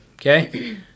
Okay